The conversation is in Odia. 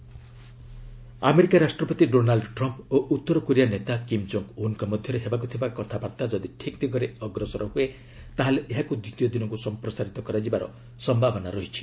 ଟ୍ରମ୍ପ୍ କିମ୍ ସମିଟ୍ ଆମେରିକା ରାଷ୍ଟ୍ରପତି ଡୋନାଲ୍ଡ ଟ୍ରମ୍ପ୍ ଓ ଉତ୍ତର କୋରିଆ ନେତା କିମ୍ ଜୋଙ୍ଗ୍ ଉନ୍ଙ୍କ ମଧ୍ୟରେ ହେବାକୁ ଥିବା କଥାବାର୍ତ୍ତା ଯଦି ଠିକ୍ ଦିଗରେ ଅଗ୍ରସର ହୁଏ ତାହାହେଲେ ଏହାକୁ ଦ୍ୱିତୀୟ ଦିନକୁ ସମ୍ପ୍ରସାରିତ କରାଯିବା ସମ୍ଭାବନା ଅଛି